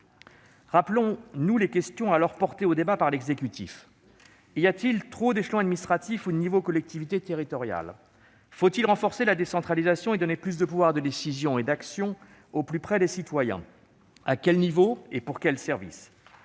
Rappelons-nous les questions alors portées au débat par l'exécutif : y a-t-il trop d'échelons administratifs ou de niveaux de collectivités territoriales ? Faut-il renforcer la décentralisation et donner plus de pouvoirs de décision et d'action au plus près des citoyens ? À quel niveau et pour quel service ?